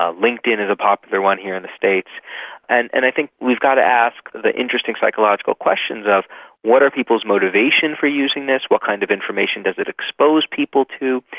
ah linkedin is a popular one here in the states and and i think we've got to ask the interesting psychological questions of what are people's motivation for using this, what kinds of information does it expose people to,